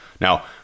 Now